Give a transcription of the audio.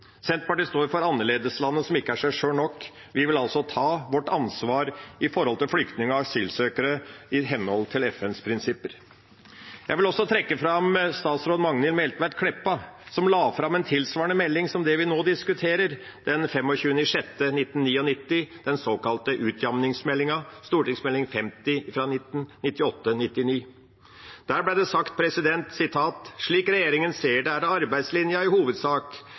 Senterpartiet står for annerledeslandet som ikke er seg sjøl nok. Vi vil ta vårt ansvar for flyktninger og asylsøkere i henhold til FNs prinsipper. Jeg vil også trekke fram tidligere statsråd Magnhild Meltveit Kleppa, som la fram en tilsvarende melding som den vi nå diskuterer, den 25. juni 1999 – den såkalte utjamningsmeldinga, St.meld. nr. 50 for 1998–1999. Der ble det sagt: «Slik Regjeringa ser det, er arbeidslinja i